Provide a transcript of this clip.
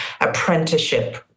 apprenticeship